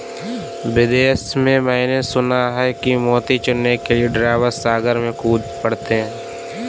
विदेश में मैंने सुना है कि मोती चुनने के लिए ड्राइवर सागर में कूद पड़ते हैं